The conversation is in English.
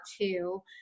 two